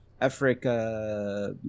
Africa